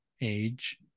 age